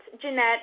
Jeanette